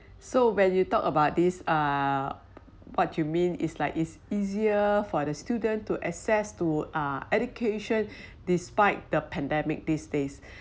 so when you talk about this uh what you mean it's like it's easier for the student to access to uh education despite the pandemic these days